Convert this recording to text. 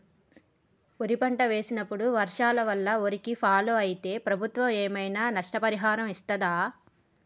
వరి పంట వేసినప్పుడు వర్షాల వల్ల వారిని ఫాలో అయితే ప్రభుత్వం ఏమైనా నష్టపరిహారం ఇస్తదా?